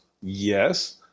Yes